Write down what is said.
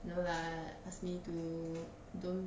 no lah ask me to don't